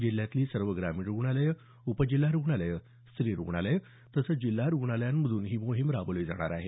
जिल्ह्यातली सर्व ग्रामीण रुग्णालयं उप जिल्हा रुग्णालयं स्त्री रुग्णालयं तसंच जिल्हा रुग्णालयांमधून ही मोहीम राबवली जाणार आहे